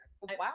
Wow